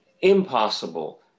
impossible